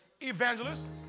evangelists